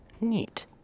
Neat